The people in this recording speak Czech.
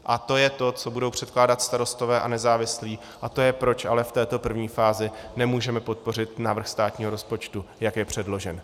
A to je to, co budou předkládat Starostové a nezávislí, a to je, proč ale v této první fázi nemůžeme podpořit návrh státního rozpočtu, jak je předložen.